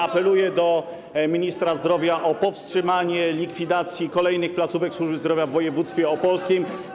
Apeluję do ministra zdrowia o powstrzymanie likwidacji kolejnych placówek służby zdrowia w województwie opolskim.